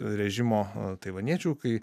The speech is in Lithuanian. režimo taivaniečių kai